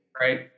Right